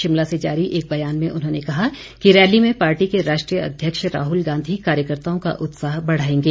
शिमला से जारी एक बयान में उन्होंने कहा कि रैली में पार्टी के राष्ट्रीय अध्यक्ष राहुल गांधी कार्यकर्ताओं का उत्साह बढ़ाएंगे